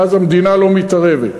ואז המדינה לא מתערבת.